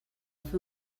fer